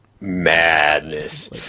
Madness